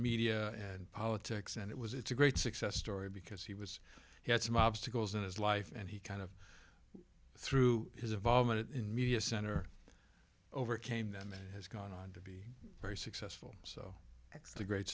media and politics and it was it's a great success story because he was he had some obstacles in his life and he kind of threw his involvement in media center overcame them and has gone on to be very successful so it's a great